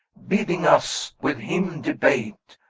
bidding us with him debate,